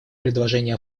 предложение